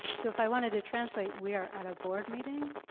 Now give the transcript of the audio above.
so if i wanted to translate we are at a board meeting,